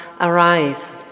arise